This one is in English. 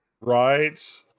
Right